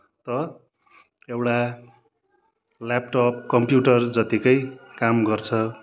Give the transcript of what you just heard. र एउटा ल्यापटप कम्प्युटरजतिकै काम गर्छ